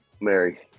Mary